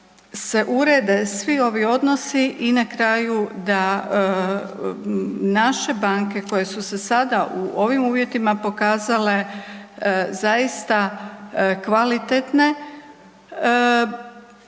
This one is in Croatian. se urede svi ovi odnosi i na kraju da naše banke koje su se sada u ovim uvjetima pokazale zaista kvalitetne,